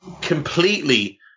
completely